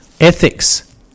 ethics